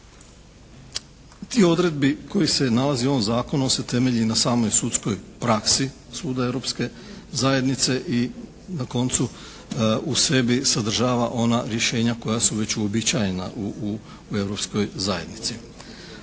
Dio odredbi koji se nalazi u ovom zakonu on se temelji na samoj sudskoj praksi suda Europske zajednice i na koncu u sebi sadržava ona rješenja koja su već uobičajena u Europskoj zajednici.